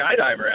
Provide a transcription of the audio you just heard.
skydiver